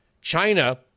China